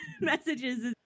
messages